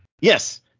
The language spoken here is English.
Yes